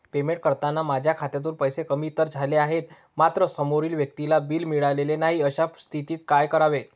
Payment करताना माझ्या खात्यातून पैसे कमी तर झाले आहेत मात्र समोरील व्यक्तीला बिल मिळालेले नाही, अशा स्थितीत काय करावे?